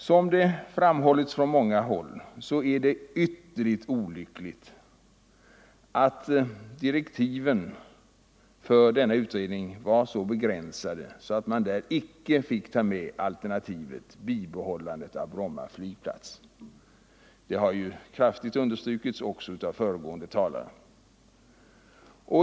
Som det framhållits från många håll är det ytterligt olyckligt att direktiven för denna utredning var så begränsade att man där icke fick ta med alternativet bibehållande av Bromma flygplats. Det har kraftigt understrukits också av föregående talare.